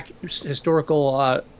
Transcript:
historical